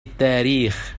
التاريخ